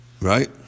Right